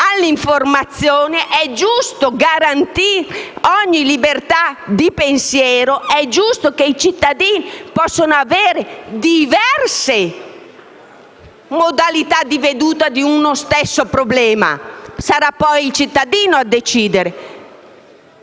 dell'informazione, è giusto garantire ogni libertà di pensiero ed è giusto che i cittadini possano avere diverse modalità di analisi di uno stesso problema, in quanto saranno poi loro a decidere.